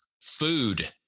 food